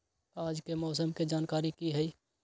आज के मौसम के जानकारी कि हई?